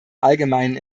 allgemeinen